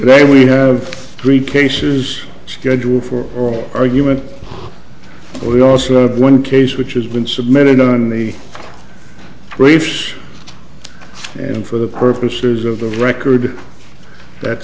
today we have three cases scheduled for oral argument we also have one case which has been submitted on the graves and for the purposes of the record that